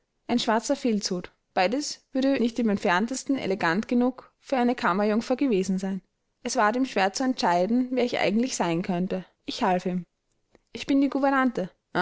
ein schwarzer filzhut beides würde nicht im entferntesten elegant genug für eine kammerjungfer gewesen sein es ward ihm schwer zu entscheiden wer ich eigentlich sein könne ich half ihm ich bin die gouvernante